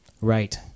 Right